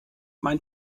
mein